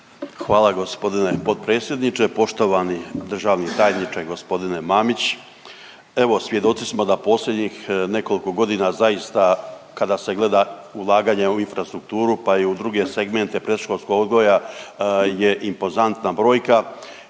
Hvala g. potpredsjedniče. Poštovani državni tajniče g. Mamić. Evo, svjedoci smo da posljednjih nekoliko godina zaista kada se gleda ulaganja u infrastrukturu, pa i u druge segmente predškolskog odgoja je impozantna brojka